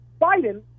Biden